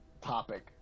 topic